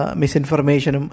misinformation